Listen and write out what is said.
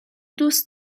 دوست